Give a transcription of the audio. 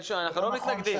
אנחנו לא מתנגדים.